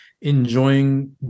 enjoying